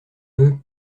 veux